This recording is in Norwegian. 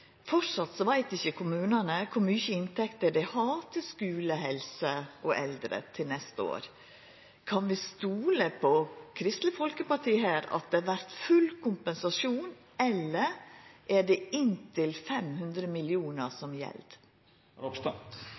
veit ikkje kommunane kor mykje inntekter dei har til skule, helse og eldre til neste år. Kan vi stola på Kristeleg Folkeparti her, at det vert full kompensasjon, eller er det inntil 500 mill. kr som